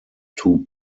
two